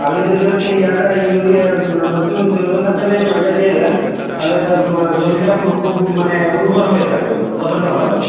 আপনি যদি হচ্ছে ইয়াটা এই ইউরিয়া নতুন জৈব সারটা বেড়িয়েছে ওটা দিয়ে দেন তালে জমিটা খুব খুব মানে উর্বর হয়ে থাকবে ফসলটা ভালো হবে